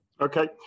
Okay